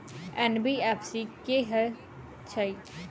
NBFC की हएत छै?